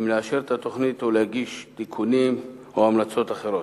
אם לאשר את התוכנית או להגיש תיקונים או המלצות אחרות.